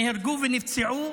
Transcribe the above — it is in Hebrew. עשרות נהרגו ונפצעו,